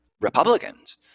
Republicans